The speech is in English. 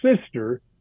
sister